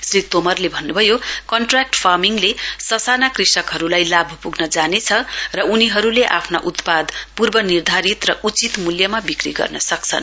श्री तोमरले भन्न्भयो कन्ट्रयाक्ट फार्मिङले स साना कृषकहरूलाई लाभ पुग्न जानेछ र उनीहरूले आफ्ना उत्पाद पूर्व निर्धारित र उचित मूल्यमा बिक्री गर्न सक्छन्